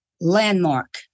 landmark